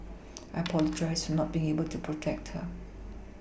I apologised for not being able to protect her